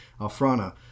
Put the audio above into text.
Alfrana